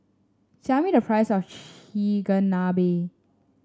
tell me the price of Chigenabe